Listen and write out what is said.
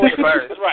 first